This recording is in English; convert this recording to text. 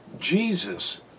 jesus